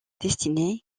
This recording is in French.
destinée